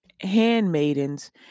handmaidens